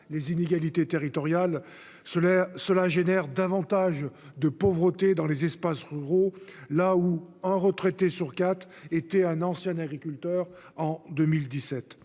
les inégalités territoriales en engendrant davantage de pauvreté dans les espaces ruraux, où un retraité sur quatre était un ancien agriculteur en 2017.